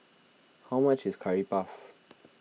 how much is Curry Puff